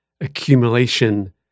accumulation